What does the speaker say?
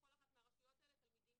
בכל אחת מהרשויות האלה תלמידים